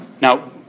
Now